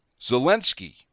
Zelensky